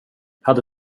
hade